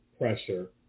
pressure